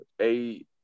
-A